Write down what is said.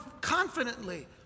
confidently